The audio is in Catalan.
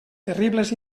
terribles